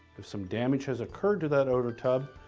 if some damage has occurred to that outer tub,